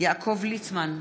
יעקב ליצמן,